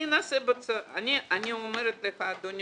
יושבת כאן